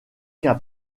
qu’un